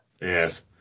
Yes